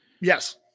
yes